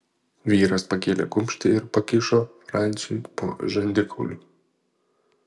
vyras pakėlė kumštį ir pakišo franciui po žandikauliu